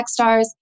Techstars